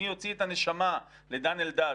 מי הוציא את הנשמה לדן אלדד?